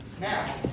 Now